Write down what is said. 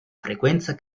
frequenza